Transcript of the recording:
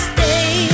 Stay